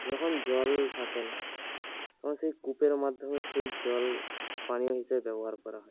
যখন জল থাকে না তখন সেই কূপের মাধ্যমে সেই জল পানীয় হিসেবে ব্যবহার করা হয়